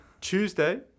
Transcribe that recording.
Tuesday